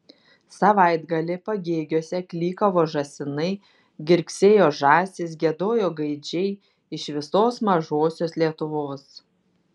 savaitgalį pagėgiuose klykavo žąsinai girgsėjo žąsys giedojo gaidžiai iš visos mažosios lietuvos